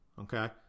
okay